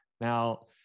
Now